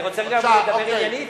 אני רוצה גם לדבר עניינית.